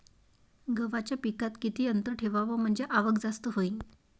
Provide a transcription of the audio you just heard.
गव्हाच्या पिकात किती अंतर ठेवाव म्हनजे आवक जास्त होईन?